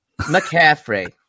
McCaffrey